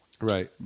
Right